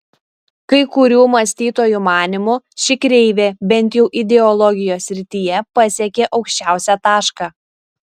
kai kurių mąstytojų manymu ši kreivė bent jau ideologijos srityje pasiekė aukščiausią tašką